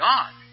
God